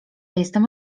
jestem